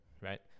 right